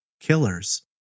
killers